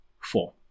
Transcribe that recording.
four